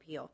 appeal